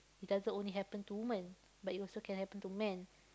it doesn't only happen to woman but it also can happen to man